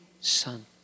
son